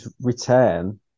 return